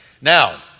Now